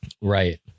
Right